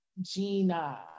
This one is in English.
Gina